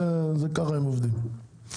ככה הם עובדים,